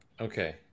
Okay